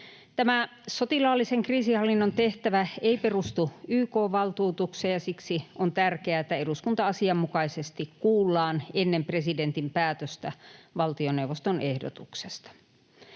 Tämä sotilaallisen kriisinhallinnan tehtävä ei perustu YK:n valtuutukseen, ja siksi on tärkeää, että eduskuntaa asianmukaisesti kuullaan ennen presidentin päätöstä valtioneuvoston ehdotuksesta.